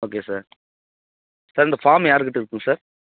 அப்படியா sir sir இந்த form யார் கிட்ட இருக்கும் சார்